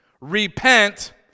Repent